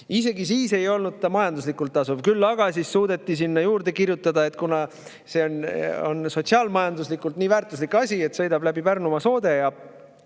Isegi siis ei olnud ta majanduslikult tasuv. Küll aga siis suudeti sinna juurde kirjutada, et kuna see on sotsiaal-majanduslikult nii väärtuslik asi, et sõidab läbi Pärnumaa soode ja